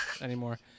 anymore